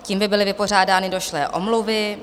Tím by byly vypořádány došlé omluvy.